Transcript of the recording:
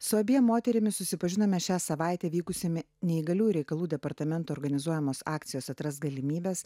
su abiem moterimis susipažinome šią savaitę vykusiame neįgaliųjų reikalų departamento organizuojamos akcijos atras galimybes